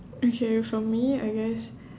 okay for me I guess